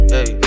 Hey